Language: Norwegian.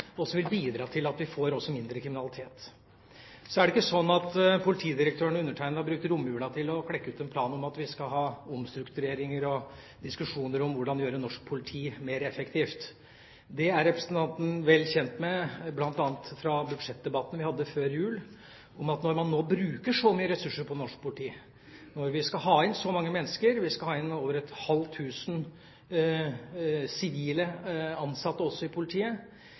som vil bidra til at vi også får mindre kriminalitet. Så er det ikke sånn at politidirektøren og undertegnede har brukt romjula til å klekke ut en plan om at vi skal ha omstruktureringer og diskusjoner om hvordan vi skal gjøre norsk politi mer effektivt. Representanten er vel kjent med, bl.a. fra budsjettdebattene vi hadde før jul, at når man nå bruker så mye ressurser på norsk politi, og når vi skal ha inn så mange mennesker – vi skal ha inn over et halvt tusen sivilt ansatte i politiet